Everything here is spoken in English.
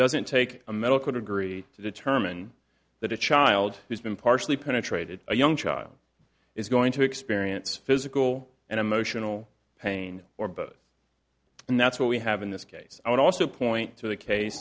doesn't take a medical degree to determine that a child who's been partially penetrated a young child is going to experience physical and emotional pain or both and that's what we have in this case i would also point to the case